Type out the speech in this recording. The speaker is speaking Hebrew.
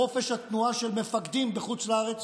לחופש התנועה של מפקדים בחוץ לארץ,